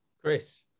Chris